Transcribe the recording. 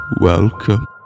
Welcome